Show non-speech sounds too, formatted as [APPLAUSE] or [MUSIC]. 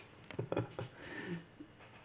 [LAUGHS]